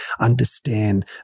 understand